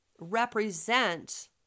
represent